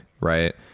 right